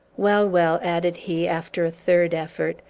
well, well, added he, after a third effort,